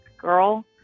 girl